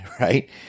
right